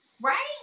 right